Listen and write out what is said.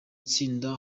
itsinda